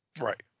Right